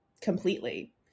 completely